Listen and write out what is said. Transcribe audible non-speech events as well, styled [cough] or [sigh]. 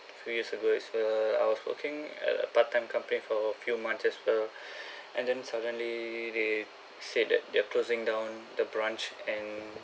few years ago it's err I was working at a part-time company for few months as the [breath] and then suddenly they said that they are closing down the branch and